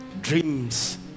dreams